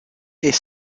est